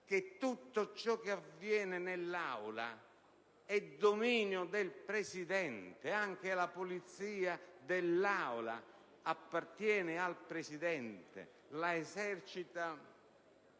che tutto ciò che avviene nell'Aula è dominio del Presidente; anche la polizia dell'Aula appartiene al Presidente, che la esercita